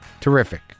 Terrific